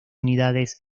unidades